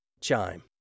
Chime